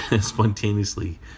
spontaneously